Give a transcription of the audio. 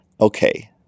okay